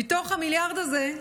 מתוך המיליארד הזה,